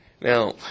Now